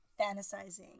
fantasizing